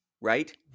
right